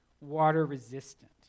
water-resistant